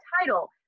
title